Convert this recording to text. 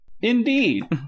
Indeed